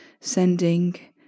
sending